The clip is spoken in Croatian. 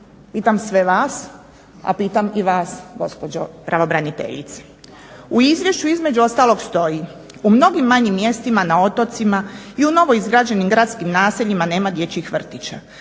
pitam sve vas, a pitam i vas gospođo pravobraniteljice, u izvješću između ostalog stoji "U mnogim manjim mjestima na otocima i u novoizgrađenim gradskim naseljima nema dječjih vrtića.